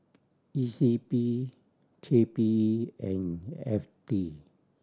E C P K P E and F T